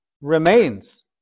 remains